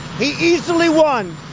he easily won.